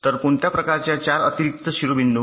तर कोणत्या प्रकारच्या 4 अतिरिक्त शिरोबिंदू